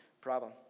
problem